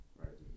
right